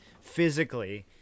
physically